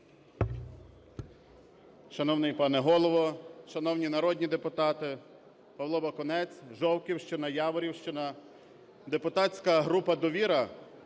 Шановний пане Голово, шановні народні депутати! Павло Бакунець, Жовківщина, Яворівщина. Депутатська група "Довіра"